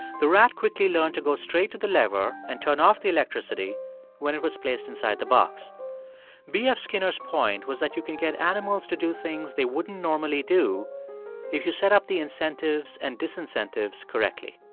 the rat quickly learned to go straight to the lever and turn off the electricity when it was placed inside the box b f. skinner's point was that you can get animals to do things they wouldn't normally do if you set up the incentives and disincentives correctly.